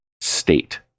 state